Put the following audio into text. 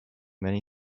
many